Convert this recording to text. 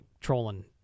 Trolling